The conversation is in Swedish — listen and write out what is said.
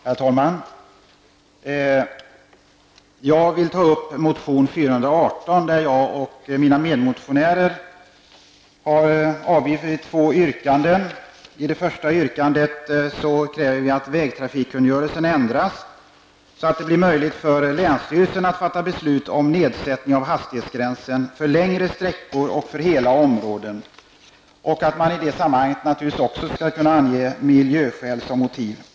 Herr talman! Jag vill ta upp motion 418, där jag och mina medmotionärer har avgivit två yrkanden. I det första yrkandet kräver vi att vägtrafikkungörelsen ändras så, att möjlighet ges för länsstyrelsen att fatta beslut om nedsättning av hastighetsgränserna för längre sträckor och för hela områden samt att i det sammanhanget naturligtvis miljöhänsyn skall kunna anges som motiv.